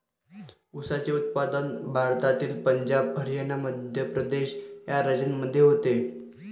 ऊसाचे उत्पादन भारतातील पंजाब हरियाणा मध्य प्रदेश या राज्यांमध्ये होते